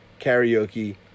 karaoke